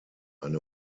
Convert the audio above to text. eine